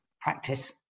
practice